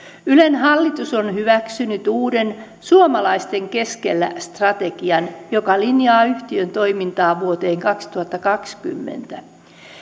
ylen hallitus on hyväksynyt uuden suomalaisten keskellä strategian joka linjaa yhtiön toimintaa vuoteen kaksituhattakaksikymmentä